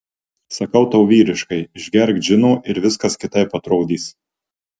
sakau tau vyriškai išgerk džino ir viskas kitaip atrodys